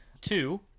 two